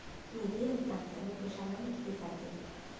निधी हस्तांतरण कशाला म्हटले जाते?